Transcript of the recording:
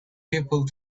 people